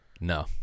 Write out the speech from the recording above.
No